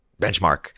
benchmark